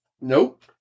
Nope